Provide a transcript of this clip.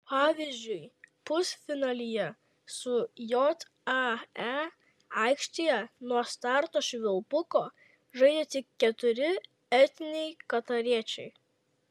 pavyzdžiui pusfinalyje su jae aikštėje nuo starto švilpuko žaidė tik keturi etniniai katariečiai